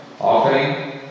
offering